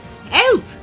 Help